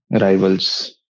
rivals